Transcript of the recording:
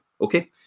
okay